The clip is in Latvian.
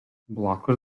blakus